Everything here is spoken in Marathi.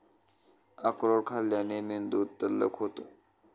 अक्रोड खाल्ल्याने मेंदू तल्लख होतो